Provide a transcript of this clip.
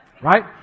right